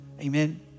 Amen